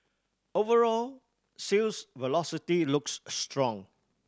overall sales velocity looks strong